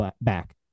back